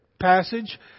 passage